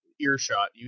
earshot